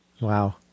Wow